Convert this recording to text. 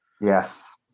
yes